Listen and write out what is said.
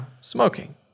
smoking